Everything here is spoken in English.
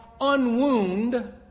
unwound